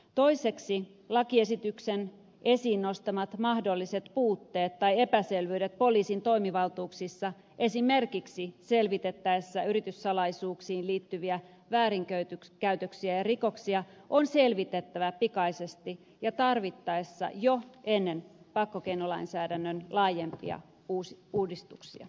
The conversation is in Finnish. toiseksi lakiesityksen esiin nostamat mahdolliset puutteet tai epäselvyydet poliisin toimivaltuuksissa esimerkiksi selvitettäessä yrityssalaisuuksiin liittyviä väärinkäytöksiä ja rikoksia on selvitettävä pikaisesti ja tarvittaessa jo ennen pakkokeinolainsäädännön laajempia uudistuksia